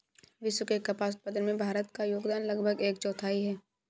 विश्व के कपास उत्पादन में भारत का योगदान लगभग एक चौथाई है